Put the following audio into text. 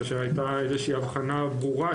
כאשר הייתה איזושהי הבחנה ברורה,